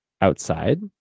outside